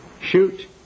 shoot